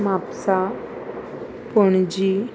Mapusa Panaji